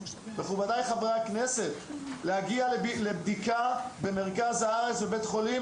מכובדי חברי הכנסת להגיע לבדיקה במרכז הארץ בבית חולים,